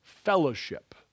fellowship